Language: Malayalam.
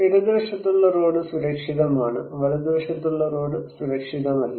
ഇടതുവശത്തുള്ള റോഡ് സുരക്ഷിതമാണ് വലതുവശത്തുള്ള റോഡ് സുരക്ഷിതമല്ല